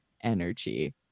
energy